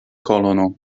kolono